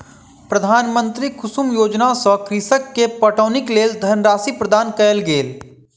प्रधानमंत्री कुसुम योजना सॅ कृषक के पटौनीक लेल धनराशि प्रदान कयल गेल